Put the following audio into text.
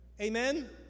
Amen